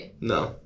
No